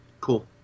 Cool